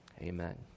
Amen